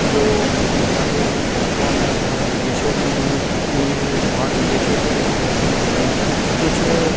جو میڈیا والے ہیں وہ ہمیں باہر ودیشوں کی بھی میں باہر ودیشوں کے بھی خبر دیتے ہیں کچھ